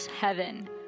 heaven